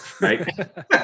right